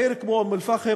עיר כמו אום-אלפחם,